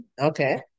Okay